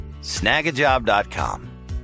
Snagajob.com